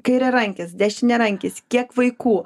kairiarankis dešiniarankis kiek vaikų